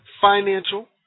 financial